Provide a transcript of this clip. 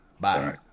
Bye